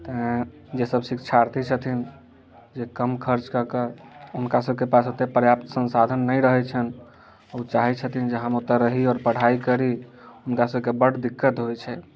तैँ जे सभ शिक्षार्थी छथिन जे कम खर्च कऽके हुनका सभके पास ओत्ते पर्याप्त संसाधन नहि रहै छनि ओ चाहै छथिन जे हम ओतै रही आओर पढ़ाइ करी हुनका सभके बड्ड दिक्कत होइ छनि